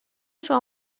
شما